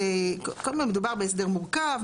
קודם כל מדובר בהסדר מורכב.